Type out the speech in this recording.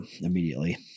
immediately